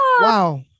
wow